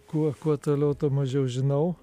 kuo kuo toliau tuo mažiau žinau